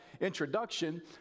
introduction